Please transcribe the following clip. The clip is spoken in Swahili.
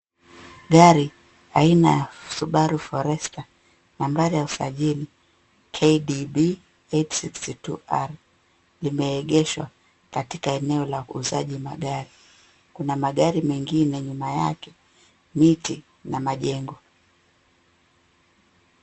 Gari aina ya Subaru Forester, nambari ya usajili KDB-862R, limeegeshwa katika eneo la uuzaji magari. Kuna magari mengine nyuma yake miti, na majengo.